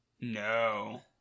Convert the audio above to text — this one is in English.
No